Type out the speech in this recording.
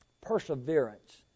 perseverance